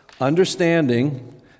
understanding